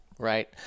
Right